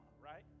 right